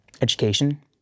Education